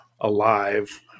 alive